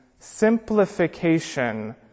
simplification